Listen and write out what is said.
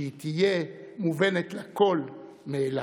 שהיא תהיה מובנת לכול מאליו.